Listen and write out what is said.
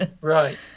right